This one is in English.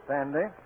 Sandy